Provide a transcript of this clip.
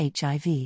HIV